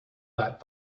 that